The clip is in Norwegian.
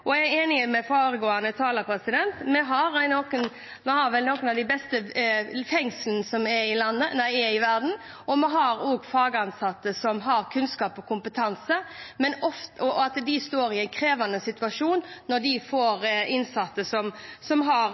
kriminalomsorgen. Jeg er enig med foregående taler: Vi har vel noen av de beste fengslene i verden, og vi har også fagansatte som har kunnskap og kompetanse. Men de står ofte i en krevende situasjon når de får innsatte som har